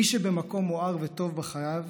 מי שבמקום מואר וטוב בחייו